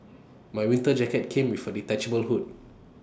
my winter jacket came with A detachable hood